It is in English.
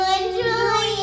enjoy